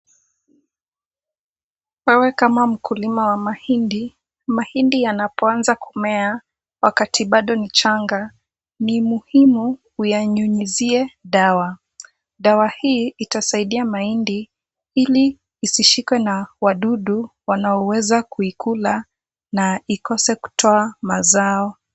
Wewe kama mkulima wa mahindi, mahindi yanapoanza kumea wakati bado ni changa, ni muhimu uyanyunyuzie dawa. Dawa hii itasaidia mahindi ili isishikwe na wadudu wanaoweza kuikula na ikose kutoa mazao.